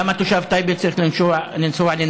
למה תושב טייבה צריך לנסוע לנתניה?